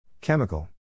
Chemical